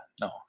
no